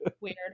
Weird